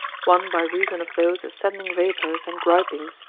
one by reason of those ascending vapours and gripings,